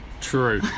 True